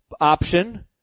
option